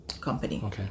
company